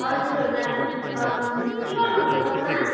हजुर म्याम के गर्नु हुँदैछ म्याम